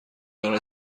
آنرا